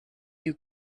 you